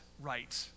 right